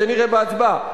זה נראה בהצבעה.